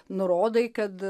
nurodai kad